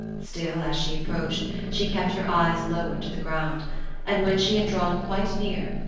still, as she approached, she kept her eyes lowered to the ground and when she had drawn quite near,